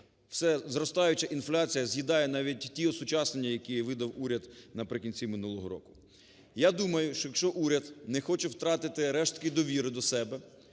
всезростаюча інфляція з'їдає навіть ті осучаснення, які видав уряд наприкінці минулого року. Я думаю, що якщо уряд не хоче втратити рештки довіри до себе,